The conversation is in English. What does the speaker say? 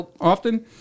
often